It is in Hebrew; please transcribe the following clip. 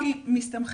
בסוף,